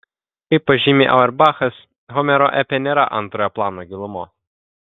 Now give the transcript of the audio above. kaip pažymi auerbachas homero epe nėra antrojo plano gilumos